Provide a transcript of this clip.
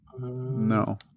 No